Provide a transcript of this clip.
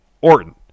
Orton